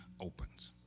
opens